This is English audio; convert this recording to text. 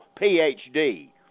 PhD